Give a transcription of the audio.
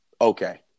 okay